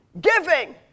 Giving